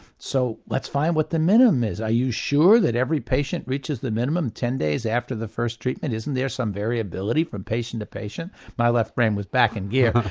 so let's find what the minimum is, are you sure that every patient reaches the minimum ten days after the first treatment? isn't there some variability from patient to patient? my left brain was back in gear.